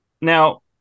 Now